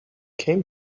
came